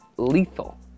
lethal